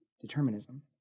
determinism